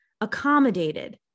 accommodated